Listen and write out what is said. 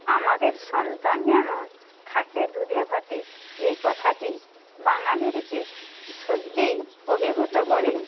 আমাদের সন্তান যেন থাকে দুধে ভাতে এই কথাটি বাঙালিদিকে সত্যি অভিভূত করে